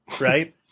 Right